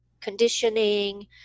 conditioning